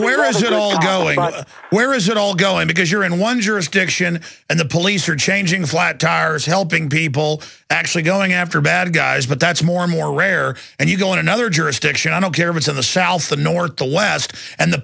all where is it all going because you're in one jurisdiction and the police are changing flat tires helping people actually going after bad guys but that's more and more rare and you go in another jurisdiction i don't care if it's in the south the north the last and the